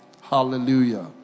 Hallelujah